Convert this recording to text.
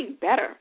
better